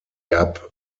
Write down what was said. gab